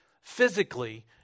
Physically